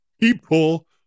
People